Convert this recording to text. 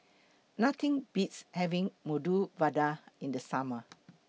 Nothing Beats having Medu Vada in The Summer